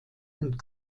und